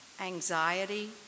anxiety